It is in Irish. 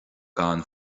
gan